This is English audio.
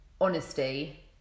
honesty